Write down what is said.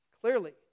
clearly